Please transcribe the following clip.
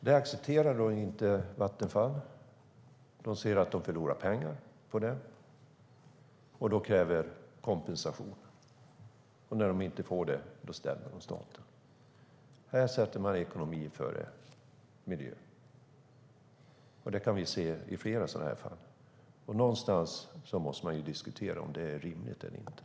Det accepterar inte Vattenfall, som ser att de förlorar pengar och kräver kompensation. När de inte får det stämmer de staten. Man sätter ekonomi före miljö, och det kan vi se i flera liknande fall. Man måste diskutera om det är rimligt eller inte.